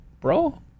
bro